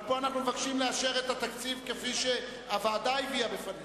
אבל פה אנחנו מבקשים לאשר את התקציב כפי שהוועדה הביאה בפנינו.